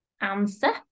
answer